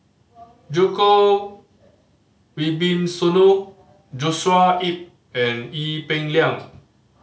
Djoko Wibisono Joshua Ip and Ee Peng Liang